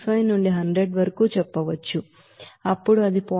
65 నుండి 100 వరకు చెప్పవచ్చు అప్పుడు అది 0